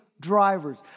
drivers